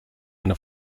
eine